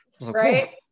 Right